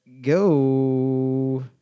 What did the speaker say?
go